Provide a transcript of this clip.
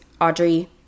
Audrey